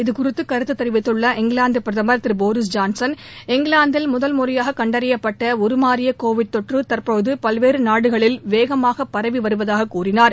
இது குறித்து கருத்து தெரிவித்துள்ள இங்கிவாந்து பிரதமர் திரு போரீஸ் ஜான்சன் இங்கிவாந்தில் முதல் முறையாக கண்டறியப்பட்ட உருமாறிய கோவிட் தொற்று தற்போது பல்வேறு நாடுகளில் வேகமாக பரவி வருவதாக கூறினார்